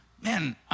man